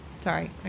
sorry